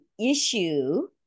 issue